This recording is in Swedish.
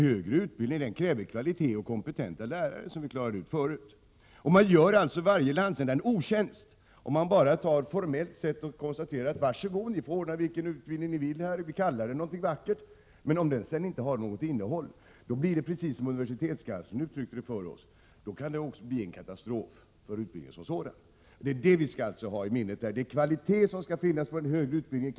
Högre utbildning kräver kvalitet och kompetenta lärare, vilket vi klarade ut tidigare. Man gör varje landsända en otjänst, om man bara formellt konstaterar att den får anordna vilken utbildning den vill och kalla den för något vackert. Men om den sedan inte har något innehåll blir det precis som universitetskanslern uttryckte det för oss, nämligen en katastrof för utbildningen som sådan. Detta skall vi alltså ha i minnet. Det skall vara kvalitet på den högre utbildningen.